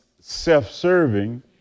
self-serving